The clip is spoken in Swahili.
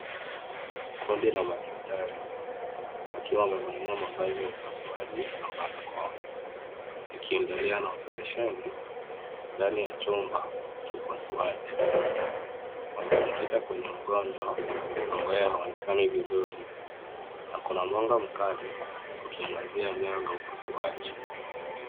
Kundi la madaktari wakiwa wamevalia mavazi ya upasuaji na barakoa wakiendelea na operesheni ndani ya chumba cha upasuaji. Wamejikita kwenye mgonjwa ambaye haonekani vizuri na kuna mwanga mkali ukiaangazia eneo la upasuaji.